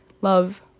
Love